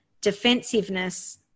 defensiveness